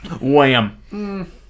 Wham